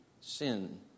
sin